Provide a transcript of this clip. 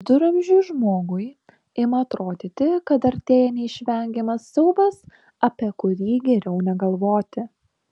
viduramžiui žmogui ima atrodyti kad artėja neišvengiamas siaubas apie kurį geriau negalvoti